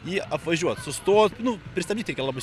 jį apvažiuot sustot nu pristabdyt reikia labai